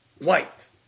White